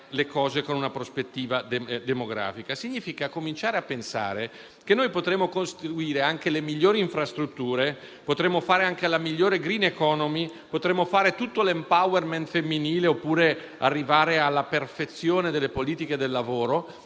Significa cominciare a pensare che noi potremmo costruire anche le migliori infrastrutture, potremmo anche fare la migliore *green economy*, potremmo realizzare tutto l'*empowerment* femminile oppure arrivare alla perfezione delle politiche del lavoro,